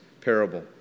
parable